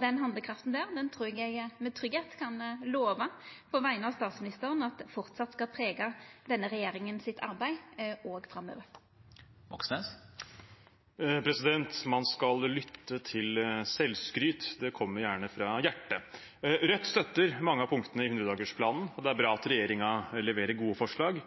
Den handlekrafta trur eg at eg trygt på vegner av statsministeren kan lova at framleis skal prega denne regjeringa sitt arbeid òg framover. Man skal lytte til selvskryt, det kommer gjerne fra hjertet. Rødt støtter mange av punktene i 100-dagersplanen, og det er bra at regjeringen leverer gode forslag,